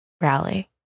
rally